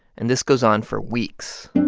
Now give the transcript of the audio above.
and this goes on for weeks.